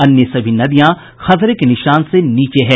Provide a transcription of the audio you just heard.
अन्य सभी नदियां खतरे के निशान से नीचे है